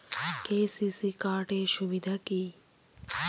KCC card এর সুবিধা কি?